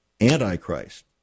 Antichrist